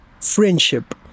friendship